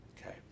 Okay